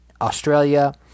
Australia –